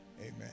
Amen